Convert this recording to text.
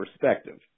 perspective